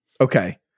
Okay